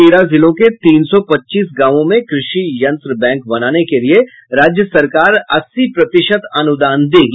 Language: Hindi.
तेरह जिलों के तीन सौ पच्चीस गांवों में कृषि यंत्र बैंक बनाने के लिये राज्य सरकार अस्सी प्रतिशत अनुदान देगी